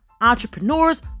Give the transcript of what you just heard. entrepreneurs